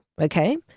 okay